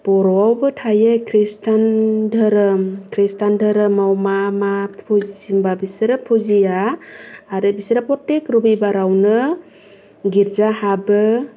बर'आवबो थायो ख्रिस्टियान धोरोम ख्रिस्टियान धोरोमाव मा मा फुजियो होनब्ला बिसोर फुजिया आरो बिसोरो फ्रथेक रबिबारावनो गिर्जा हाबो